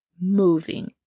moving